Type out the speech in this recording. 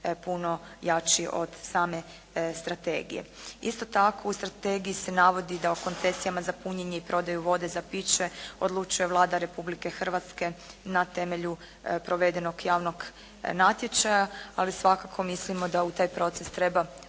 puno jači od same strategije. Isto tako u strategiji se navodi da o koncesijama za punjenje i prodaju vode za piće odlučuje Vlada Republike Hrvatske na temelju provedenog javnog natječaja ali svakako mislimo da u taj proces treba